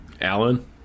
Alan